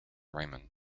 raymond